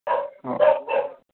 অ